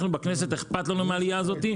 אנחנו בכנסת, אכפת לנו מהעלייה הזאת.